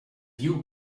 you